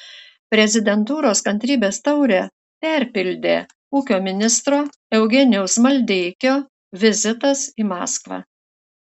prezidentūros kantrybės taurę perpildė ūkio ministro eugenijaus maldeikio vizitas į maskvą